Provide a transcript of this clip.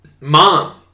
mom